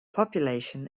population